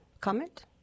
comment